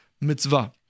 mitzvah